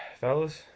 fellas